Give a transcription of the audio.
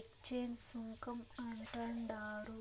exchange సుంకం అంటండారు